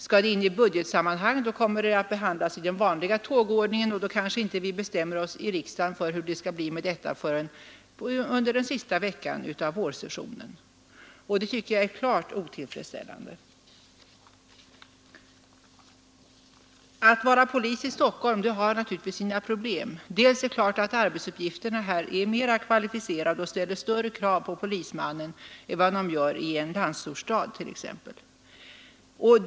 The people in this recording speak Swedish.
Skall det in i budgetsammanhang, kommer det att behandlas i den vanliga tågordningen, och då kanske vi inte bestämmer oss i riksdagen för hur det skall bli med detta förrän den sista veckan av vårsessionen, och det tycker jag är klart otillfredsställande. Att vara polis i Stockholm har naturligtvis sina problem. För det första är arbetsuppgifterna självfallet här mera kvalificerade och ställer större krav på polismannen än vad de gör t.ex. i en landsortsstad.